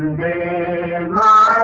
da la